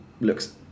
looks